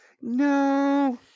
No